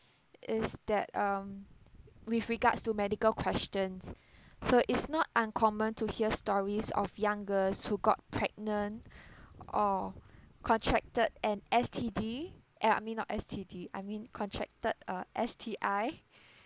is that um with regards to medical questions so it's not uncommon to hear stories of young girls who got pregnant or contracted an S_T_D !aiya! I mean not S_T_D I mean contracted a S_T_I